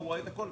הוא רואה הכול.